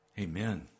Amen